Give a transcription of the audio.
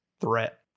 threat